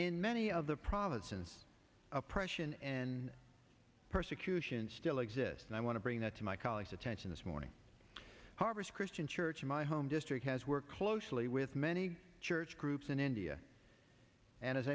in many of the provinces oppression and persecution still exists and i want to bring that to my colleagues attention this morning harvest christian church in my home district has worked closely with many church groups in india and as